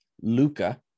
Luca